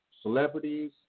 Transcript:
celebrities